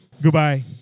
Goodbye